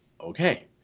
okay